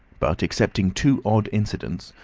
but excepting two odd incidents,